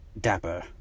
dapper